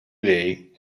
lei